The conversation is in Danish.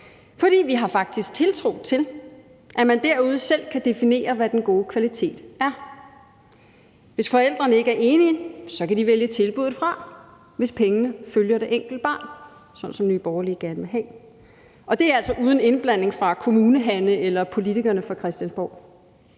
for vi har faktisk tiltro til, at man derude selv kan definere, hvad den gode kvalitet er. Hvis forældrene ikke er enige, kan de vælge tilbuddet fra, hvis pengene følger det enkelte barn, sådan som Nye Borgerlige gerne vil have. Og det er altså uden indblanding fra Kommunehanne eller politikerne fra Christiansborg.